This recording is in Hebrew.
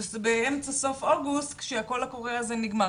באמצע-סוף אוגוסט כשהקול הקורא הזה נגמר.